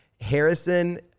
Harrison